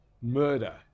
murder